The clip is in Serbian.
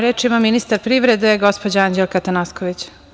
Reč ima ministar privrede gospođa Anđelka Atanasković.